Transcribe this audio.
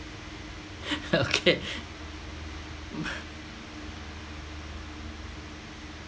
okay but